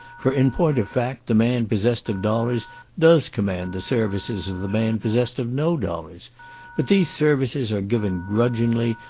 for in point of fact the man possessed of dollars does command the services of the man possessed of no dollars but these services are given grudgingly,